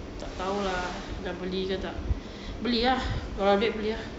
tak tahu lah nak beli ke tak beli ah kalau duit beli ah